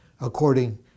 according